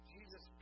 Jesus